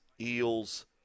Eels